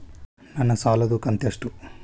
ನನ್ನ ಸಾಲದು ಕಂತ್ಯಷ್ಟು?